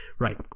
Right